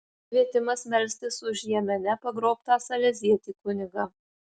kvietimas melstis už jemene pagrobtą salezietį kunigą